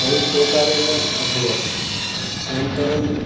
बहुसौकर्येण अभवत् अनन्तरम्